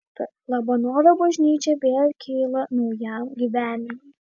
labanoro bažnyčia vėl kyla naujam gyvenimui